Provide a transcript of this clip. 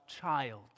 child